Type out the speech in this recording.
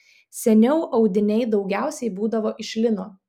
seniau audiniai daugiausiai būdavo iš lino